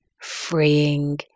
freeing